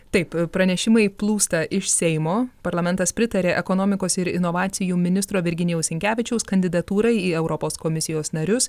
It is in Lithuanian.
taip pranešimai plūsta iš seimo parlamentas pritarė ekonomikos ir inovacijų ministro virginijaus sinkevičiaus kandidatūrai į europos komisijos narius